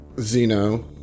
Zeno